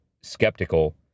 skeptical